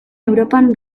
europan